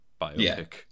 biopic